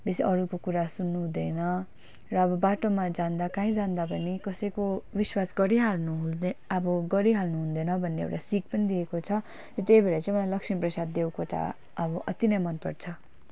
बेसी अरूको कुरा सुन्नु हुँदैन र अब बाटोमा जाँदा कहीँ जाँदा पनि कसैको विश्वास गरिहाल्नु हुन्दै अब गरिहाल्नु हुँदैन भन्ने एउटा सिख पनि दिएको छ र त्यही भएर चाहिँ मलाई लक्ष्मीप्रसाद देवकोटा अब अति नै मनपर्छ